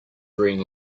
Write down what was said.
green